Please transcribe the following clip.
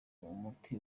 umuti